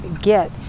get